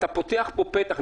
אתה פותח פה פתח,